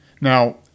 Now